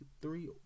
three